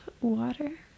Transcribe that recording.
water